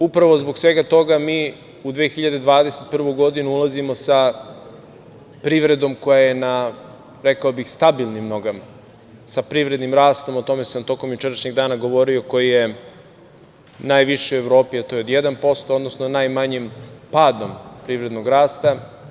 Upravo zbog svega toga mi u 2021. godinu ulazimo sa privrednom koja je na, rekao bih, stabilnim nogama, sa privrednim rastom, o tome sam tokom jučerašnjeg dana govorio, koji je najviši u Evropi, a to je od 1%, odnosno najmanjim padom privrednog rasta.